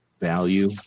value